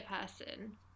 person